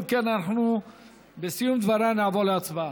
אם כן, אנחנו בסיום דבריה נעבור להצבעה.